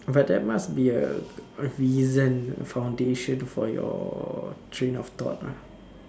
but there must be a reason a foundation for your train of thought lah